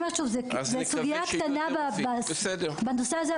זו סוגיה קטנה בנושא הזה,